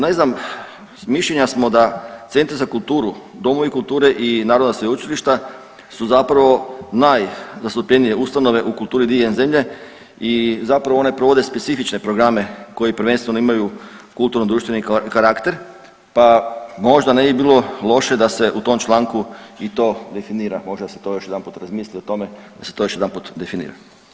Ne znam, mišljenja smo da centri za kulturu, domovi kulture i narodna sveučilišta su zapravo najzastupljenije ustanove u kulturi diljem zemlje i zapravo one provode specifične programe koje prvenstveno imaju kulturno-društveni karakter pa možda ne bi bilo loše da se u tom članku i to definira, možda da se to još jedanput razmisli o tome, da se to još jedanput definira.